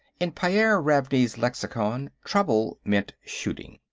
in pyairr ravney's lexicon, trouble meant shooting.